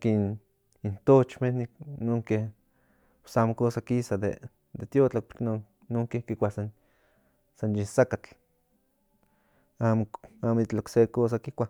kipiaske ni konehuan